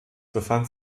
befand